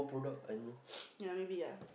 ya maybe ya